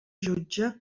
jutge